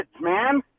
man